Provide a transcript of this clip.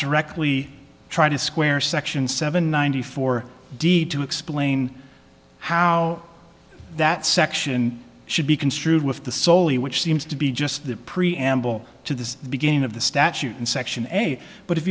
directly try to square section seven ninety four d to explain how that section should be construed with the soli which seems to be just the preamble to the beginning of the statute and section eight but if